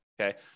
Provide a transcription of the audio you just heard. okay